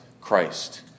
Christ